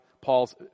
Paul's